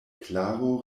klaro